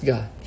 God